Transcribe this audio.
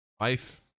Life